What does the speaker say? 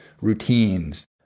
routines